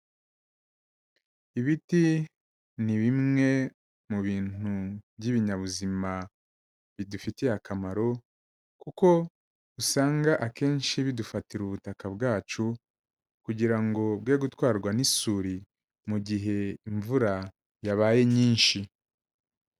Ibiti ni bimwe mu bintu by'ibinyabuzima bidufitiye akamaro, kuko usanga akenshi bidufatira ubutaka bwacu kugira ngo bwere gutwarwa n'isuri mu gihe imvura yabaye nyinshi.